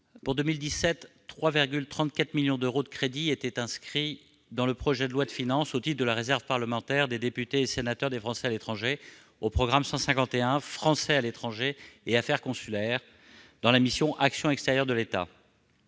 Pour 2017, 3,34 millions d'euros de crédits étaient inscrits dans le projet de loi de finances au titre de la réserve parlementaire des députés et sénateurs des Français de l'étranger, au programme 151, « Français à l'étranger et affaires consulaires », dans la mission « Action extérieure de l'État